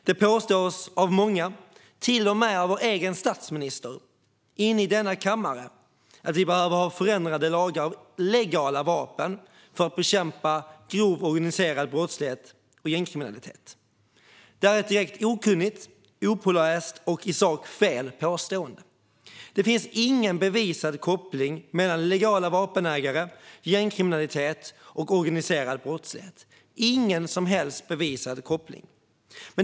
Det påstås av många, till och med av vår egen statsminister inne i denna kammare, att vi behöver ha förändrade lagar för legala vapen för att bekämpa grov organiserad brottslighet och gängkriminalitet. Det är ett direkt okunnigt, opåläst och i sak felaktigt påstående. Det finns ingen som helst bevisad koppling mellan legala vapenägare, gängkriminalitet och organiserad brottslighet.